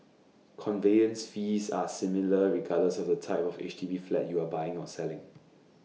conveyance fees are similar regardless of the type of H D B flat you are buying or selling